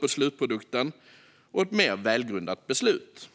på slutprodukten och ett mer välgrundat beslut.